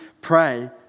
pray